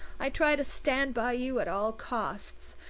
i try to stand by you at all costs.